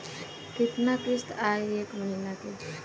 कितना किस्त आई एक महीना के?